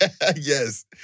Yes